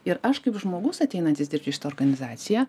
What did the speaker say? ir aš kaip žmogus ateinantis dirbt į šitą organizaciją